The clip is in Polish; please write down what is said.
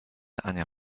ania